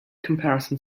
comparison